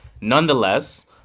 nonetheless